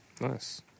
nice